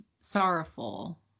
sorrowful